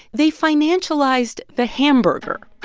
they financialized the hamburger.